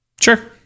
Sure